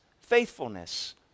faithfulness